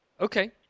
Okay